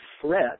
threat